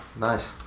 Nice